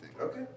Okay